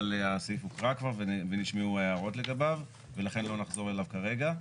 אבל הסעיף הוקרא כבר ונשמעו הערות לגביו ולכן לא נחזור אליו כרגע.